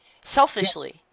selfishly